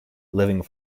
living